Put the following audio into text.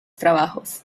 trabajos